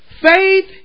Faith